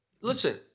Listen